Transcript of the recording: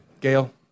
Gail